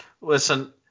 listen